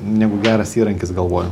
negu geras įrankis galvoj